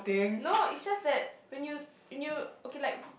no is just that when you when you okay like